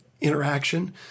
interaction